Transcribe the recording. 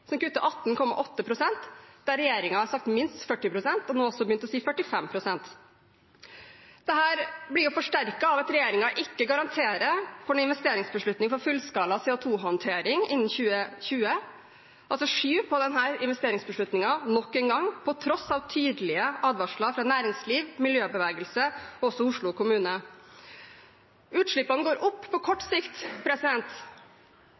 som kutter 18,8 pst., der regjeringen har sagt minst 40 pst. og nå også har begynt å si 45 pst. Dette blir forsterket av at regjeringen ikke garanterer for en investeringsbeslutning for fullskala CO 2 -håndtering innen 2020. Man skyver altså på denne investeringsbeslutningen nok en gang på tross av tydelige advarsler fra næringsliv, miljøbevegelse og også Oslo kommune. Utslippene går opp på kort